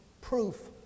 proof